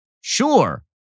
sure